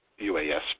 UAS